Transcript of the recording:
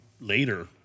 later